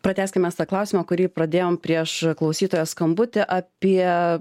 pratęskim mes tą klausimą kurį pradėjom prieš klausytojo skambutį apie